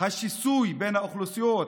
השיסוי בין האוכלוסיות,